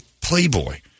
playboy